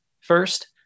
First